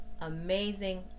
amazing